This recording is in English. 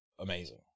amazing